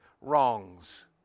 wrongs